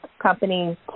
companies